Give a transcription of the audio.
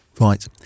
right